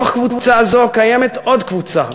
בתוך קבוצה זו קיימת עוד קבוצה,